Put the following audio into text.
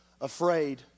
afraid